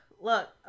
Look